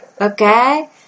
okay